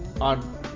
on